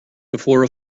before